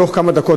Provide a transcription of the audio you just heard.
בתוך כמה דקות,